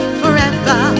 forever